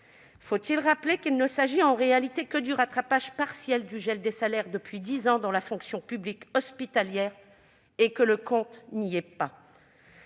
Faut-il rappeler qu'il ne s'agit en réalité que du rattrapage partiel du gel des salaires depuis dix ans dans la fonction publique hospitalière, et que le compte n'y est pas ?